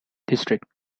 district